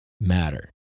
matter